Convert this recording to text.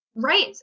right